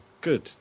Good